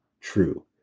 true